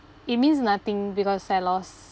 it means nothing because I lost